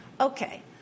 Okay